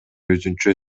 өзүнчө